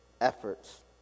efforts